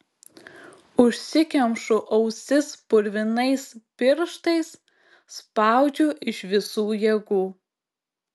užsikemšu ausis purvinais pirštais spaudžiu iš visų jėgų